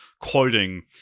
quoting